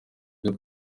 ibyo